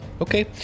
Okay